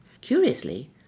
Curiously